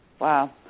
Wow